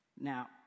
Now